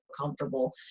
comfortable